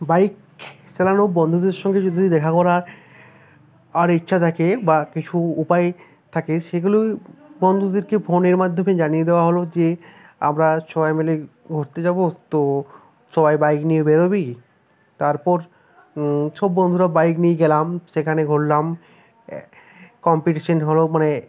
bike চালানো বন্ধুদের সঙ্গে যদি দেখা করার আর ইচ্ছা থাকে বা কিছু উপায় থাকে সেগুলোই বন্ধুদেরকে ফোনের মাধ্যমে জানিয়ে দেওয়া হলো যে আমরা সবাই মিলে ঘুরতে যাবো তো সবাই বাইক নিয়ে বেরোবি তারপর সব বন্ধুরা বাইক নিয়ে গেলাম সেখানে ঘুরলাম এক কম্পিটিশান হলো মানে